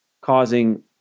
causing